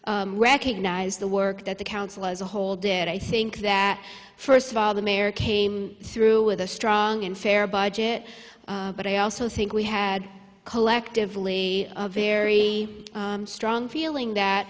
recognize the work that the council as a whole did i think that first of all the mayor came through with a strong and fair budget but i also think we had collectively a very strong feeling that